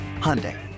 Hyundai